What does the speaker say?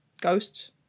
ghosts